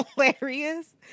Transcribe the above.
hilarious